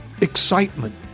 excitement